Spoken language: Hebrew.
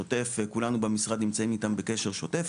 שאני וכולנו במשרד נמצאים איתם בקשר שוטף,